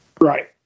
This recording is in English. Right